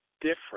different